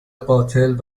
قاتل